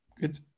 Good